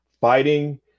fighting